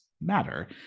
matter